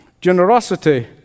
generosity